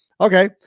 Okay